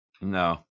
No